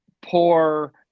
poor